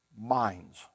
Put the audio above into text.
minds